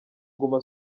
guma